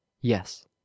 yes